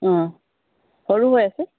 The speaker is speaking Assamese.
অঁ সৰু হৈ আছে